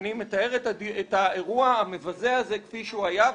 אני מתאר את האירוע המבזה הזה כפי שהוא היה,